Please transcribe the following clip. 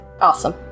awesome